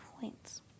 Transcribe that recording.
points